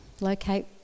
locate